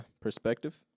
perspective